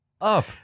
up